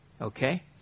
Okay